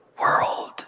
world